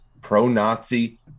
pro-Nazi